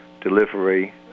delivery